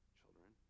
children